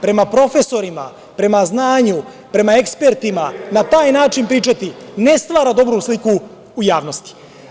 Prema profesorima, prema znanju, prema ekspertima, na taj način pričati, ne stvara dobru sliku u javnosti.